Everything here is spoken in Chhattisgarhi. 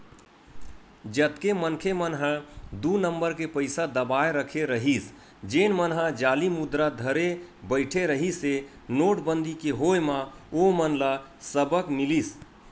जतेक मनखे मन ह दू नंबर के पइसा दबाए रखे रहिस जेन मन ह जाली मुद्रा धरे बइठे रिहिस हे नोटबंदी के होय म ओमन ल सबक मिलिस